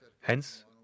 Hence